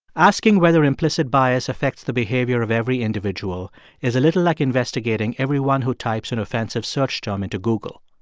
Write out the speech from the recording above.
asking whether implicit bias affects the behavior of every individual is a little like investigating everyone who types an offensive search term into google.